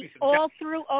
all-through